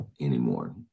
anymore